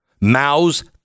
Mao's